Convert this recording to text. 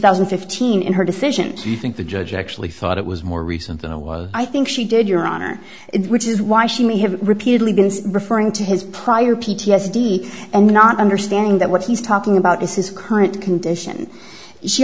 thousand fifteen in her decisions you think the judge actually thought it was more recent than i was i think she did your honor which is why she may have repeatedly been referring to his prior p t s d and not understanding that what he's talking about this is a current condition she